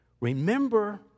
Remember